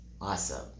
Awesome